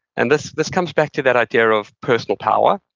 and this this comes back to that idea of personal power.